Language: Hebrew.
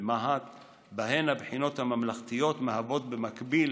במה"ט שבהן הבחינות הממלכתיות מהוות במקביל